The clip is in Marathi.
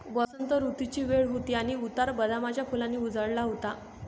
वसंत ऋतूची वेळ होती आणि उतार बदामाच्या फुलांनी उजळला होता